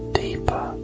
deeper